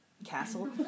Castle